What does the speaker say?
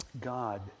God